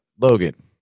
Logan